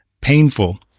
painful